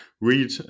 read